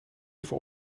even